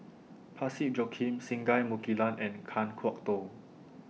Parsick Joaquim Singai Mukilan and Kan Kwok Toh